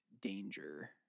danger